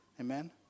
Amen